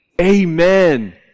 Amen